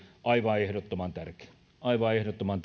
aivan ehdottoman tärkeä aivan ehdottoman